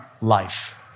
life